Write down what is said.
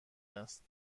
است